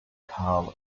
karl